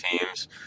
teams